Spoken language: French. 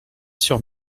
sur